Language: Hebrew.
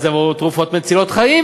אז יבואו ויבקשו על תרופות מצילות חיים,